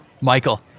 Michael